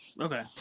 Okay